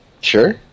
Sure